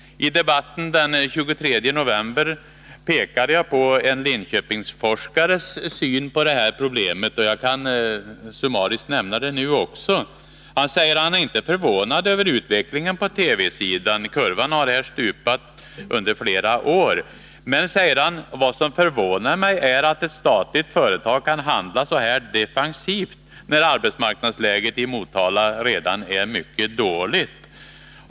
I debatten den 23 november pekade jag på en Linköpingsforskares syn på det här problemet, och jag kan summariskt upprepa hans synpunkter. Han sade att han inte är förvånad över utvecklingen på TV-sidan. Kurvan har under flera år varit vänd nedåt. Men det som förvånar honom är att ett statligt företag kan handla så defensivt med tanke på att arbetsmarknadsläget i Motala redan är mycket dåligt.